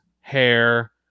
hair